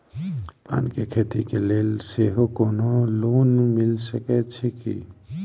पान केँ खेती केँ लेल सेहो कोनो लोन मिल सकै छी की?